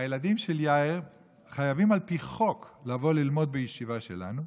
הילדים של יאיר חייבים על פי חוק לבוא ללמוד בישיבה שלנו,